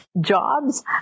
jobs